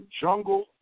jungle